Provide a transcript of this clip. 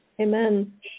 Amen